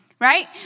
right